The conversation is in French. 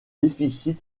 déficit